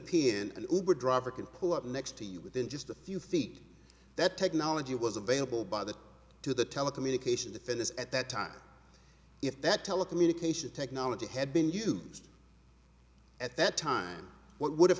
driver could pull up next to you within just a few feet that technology was available by the to the telecommunications offense at that time if that telecommunication technology had been used at that time what would have